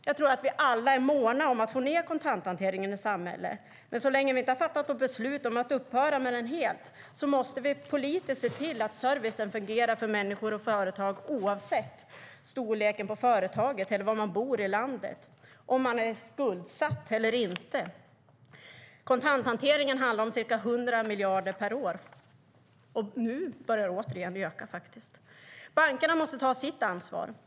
Jag tror att vi alla är måna om att få ned kontanthanteringen i samhället, men så länge vi inte har fattat beslut om att helt upphöra med den måste vi politiskt se till att servicen fungerar för människor och företag oavsett storleken på företaget, var i landet man bor eller om man är skuldsatt eller inte. Kontanthanteringen handlar om ca 100 miljarder per år, och den börjar faktiskt öka igen. Bankerna måste ta sitt ansvar.